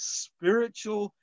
spiritual